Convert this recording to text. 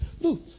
Look